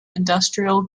industrial